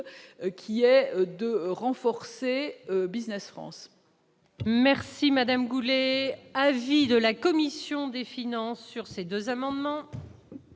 qui est de renforcer Business France.